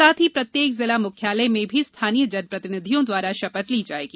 साथ ही प्रत्येक जिला मुख्यालय में भी स्थानीय जन प्रतिनिधियों द्वारा शपथ ली जायेगी